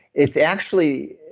it's actually,